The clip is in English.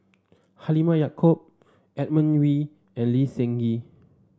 Halimah Yacob Edmund Wee and Lee Seng Gee